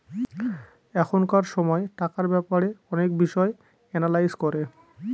এখনকার সময় টাকার ব্যাপারে অনেক বিষয় এনালাইজ করে